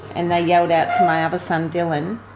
and they yelled out to my other son dylan,